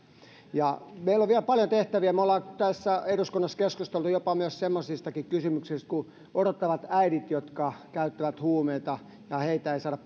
ja meillä on vielä paljon tehtävää me olemme tässä eduskunnassa keskustelleet jopa semmoisista kysymyksistä kuin odottavat äidit jotka käyttävät huumeita heitä ei saada